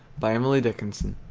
by emily dickinson